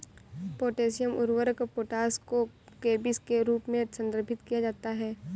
potassium उर्वरक potash को केबीस के रूप में संदर्भित किया जाता है